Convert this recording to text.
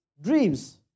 dreams